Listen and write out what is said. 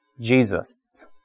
Jesus